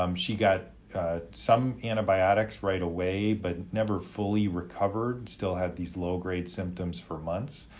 um she got some antibiotics right away, but never fully recovered, still had these low-grade symptoms for months.